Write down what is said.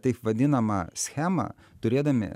taip vadinamą schemą turėdami